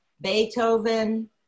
Beethoven